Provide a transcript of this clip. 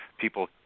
people